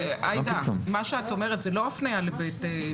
עאידה, מה שאת אומרת זה לא הפניה לחריג.